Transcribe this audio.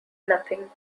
nothing